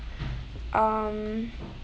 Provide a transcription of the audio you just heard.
um